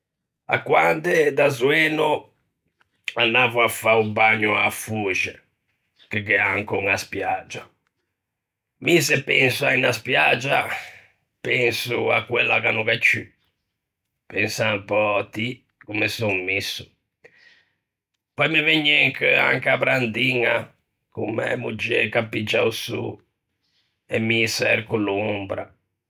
À quande da zoeno anavo à fâ o bagno a-a Foxe, che gh'ea ancon a spiagia. Mi, se penso à unna spiagia, penso à quella che no gh'é ciù, pensa un pö ti comme son misso. Pöi me vëgne in cheu anche a brandiña con mæ moggæ ch'a piggia o sô, e mi çerco l'ombra.